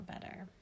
better